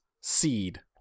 seed